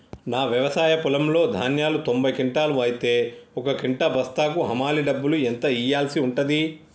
నా వ్యవసాయ పొలంలో ధాన్యాలు తొంభై క్వింటాలు అయితే ఒక క్వింటా బస్తాకు హమాలీ డబ్బులు ఎంత ఇయ్యాల్సి ఉంటది?